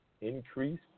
increase